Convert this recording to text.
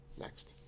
Next